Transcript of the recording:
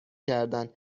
کردن